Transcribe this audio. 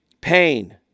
Pain